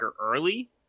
early